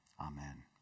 Amen